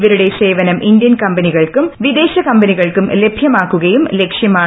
ഇവരുടെ സേവനം ഇന്ത്യൻ കമ്പനികൾക്കും വിദേശകമ്പനികൾക്കും ലഭ്യമാക്കുകയും ലക്ഷ്യമാണ്